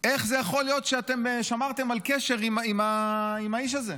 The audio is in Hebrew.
איך זה יכול להיות שאתם שמרתם על קשר עם האיש הזה?